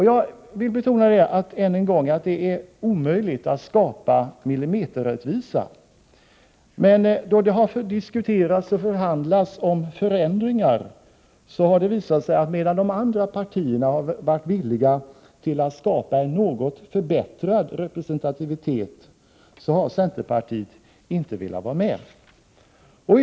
Jag betonar ännu en gång att det är omöjligt att skapa millimeterrättvisa. Men då man har diskuterat och förhandlat om förändringar har det visat sig att centerpartiet inte har velat vara med, medan de övriga partierna varit villiga att skapa en något förbättrad representativitet.